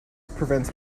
prevents